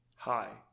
hi